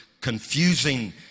confusing